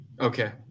Okay